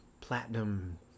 platinum